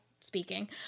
speaking